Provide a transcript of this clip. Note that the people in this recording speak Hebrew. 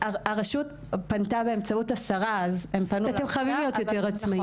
הרשות פנתה באמצעות השרה --- אתם חייבים להיות יותר עצמאיים.